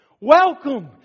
Welcome